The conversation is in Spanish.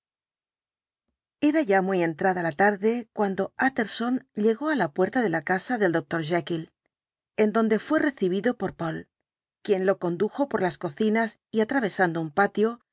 eea ya muy entrada la tarde cuando tjtterson llegó á la puerta de la casa del doctor jekyll en donde fué recibido por poole quien lo condujo por las cocinas y atravesando un patio